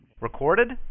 Recorded